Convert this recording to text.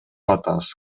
атабыз